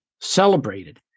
celebrated